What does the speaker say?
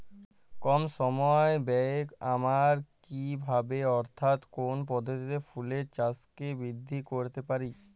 কম সময় ব্যায়ে আমরা কি ভাবে অর্থাৎ কোন পদ্ধতিতে ফুলের চাষকে বৃদ্ধি করতে পারি?